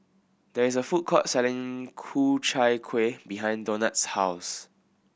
there is a food court selling Ku Chai Kueh behind Donat's house